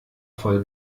voll